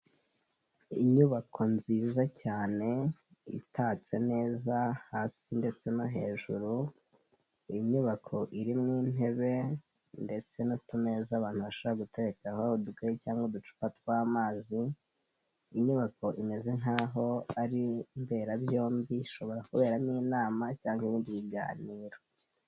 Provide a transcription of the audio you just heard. Inyubako nziza cyane itatse neza hasi ndetse no hejuru, inyubako irimo intebe ndetse n'utumeza abantu bashobora guterekaho udukayi cyangwa uducupa tw'amazi, inyubako imeze nk'aho ari mberabyombi, ishobora kuberamo inama cyangwa ibindi biganiro.